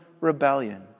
rebellion